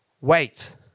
Wait